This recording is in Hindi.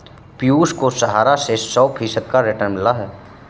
पियूष को सहारा से सौ फीसद का रिटर्न मिला है